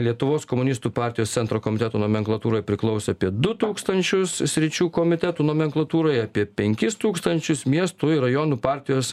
lietuvos komunistų partijos centro komiteto nomenklatūrai priklausė apie du tūkstančius sričių komitetų nomenklatūroje apie penkis tūkstančius miestų ir rajonų partijos